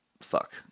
fuck